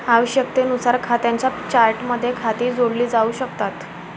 आवश्यकतेनुसार खात्यांच्या चार्टमध्ये खाती जोडली जाऊ शकतात